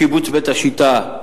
קיבוץ בית-השיטה,